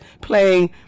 playing